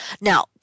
Now